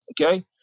Okay